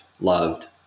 loved